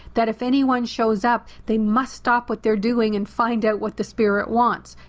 that if anyone shows up they must stop what they're doing and find out what the spirit wants.